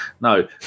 No